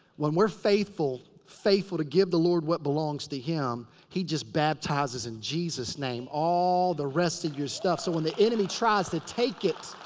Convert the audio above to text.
when we're faithful. faithful to give the lord what belongs to him. he just baptizes in jesus name all the rest of your stuff. so when the enemy tries to take it.